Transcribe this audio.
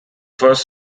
first